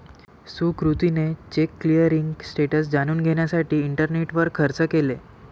सुकृतीने check clearing status जाणून घेण्यासाठी इंटरनेटवर सर्च केले